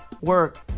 work